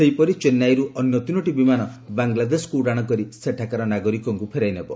ସେହିପରି ଚେନ୍ନାଇରୁ ଅନ୍ୟ ତିନୋଟି ବିମାନ ବାଂଲାଦେଶକୁ ଉଡ଼ାଶ କରି ସେଠାକାର ନାଗରିକଙ୍କୁ ଫେରାଇ ନେବ